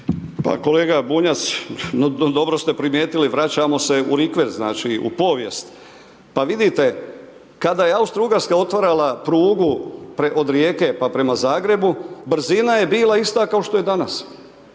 Pa kolega Bunjac, dobro ste primijetili, vraćamo se u rikverc, znači, u povijest. Pa vidite, kada je Austro-Ugarska otvarala prugu od Rijeke, pa prema Zagrebu, brzina je bila ista kao što je danas,